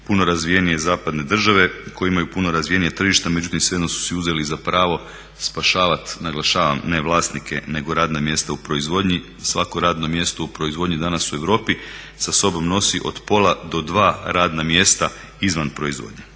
puno razvijenije zapadne države koje imaju puno razvijenija tržišta međutim svejedno su si uzeli za pravo spašavat naglašavam ne vlasnike nego radna mjesta u proizvodnji. Svako radno mjesto u proizvodnji danas u Europi sa sobom nosi od pola do dva radna mjesta izvan proizvodnje.